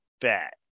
bet